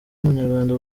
umunyarwanda